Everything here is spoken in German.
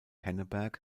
henneberg